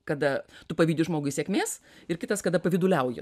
kada tu pavydi žmogui sėkmės ir kitas kada pavyduliauji